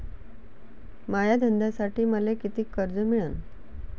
माया धंद्यासाठी मले कितीक कर्ज मिळनं?